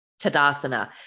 Tadasana